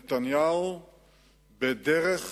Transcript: נתניהו בדרך